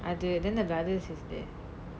அது:athu then the brother sleeps there